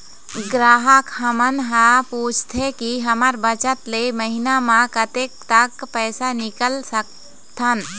ग्राहक हमन हर पूछथें की हमर बचत ले महीना मा कतेक तक पैसा निकाल सकथन?